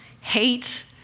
hate